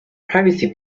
privacy